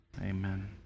amen